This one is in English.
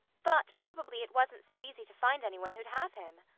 but probably it wasn't so easy to find anyone who'd have him.